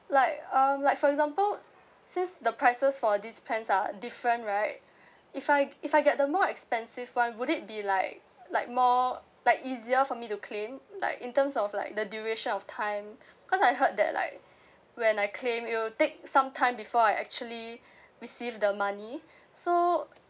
like um like for example since the prices for these plans are different right if I if I get the more expensive one would it be like like more like easier for me to claim like in terms of like the duration of time cause I heard that like when I claim it will take some time before I actually receive the money so